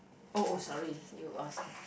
oh oh sorry you are